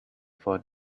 for